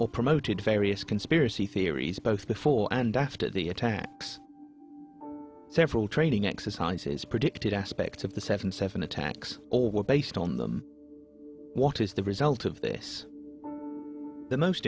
or promoted various conspiracy theories both before and after the attacks several training exercises predicted aspects of the seven seven attacks all were based on them what is the result of this the most